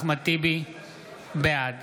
בעד